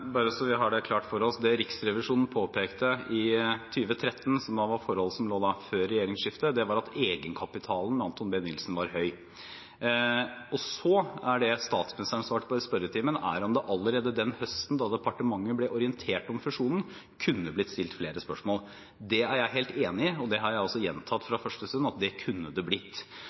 Bare så vi har det klart for oss: Det Riksrevisjonen påpekte i 2013, som da gjaldt forhold som forelå før regjeringsskiftet, var at egenkapitalen i Anthon B Nilsen var høy. Det statsministeren svarte på i spørretimen, var om det allerede den høsten da departementet ble orientert om fusjonen, kunne blitt stilt flere spørsmål. Det er jeg helt enig i, og det har jeg også gjentatt fra